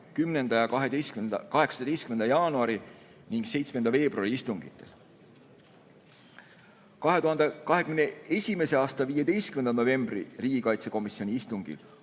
10. ja 18. jaanuari ning 7. veebruari istungil. 2021. aasta 15. novembri riigikaitsekomisjoni istungil